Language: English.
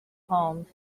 palms